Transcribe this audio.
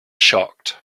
shocked